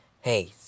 Hey